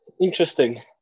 Interesting